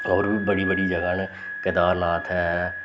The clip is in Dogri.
होर बी बड़ी बड़ी जगह् न केदारनाथ ऐ